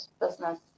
business